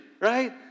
right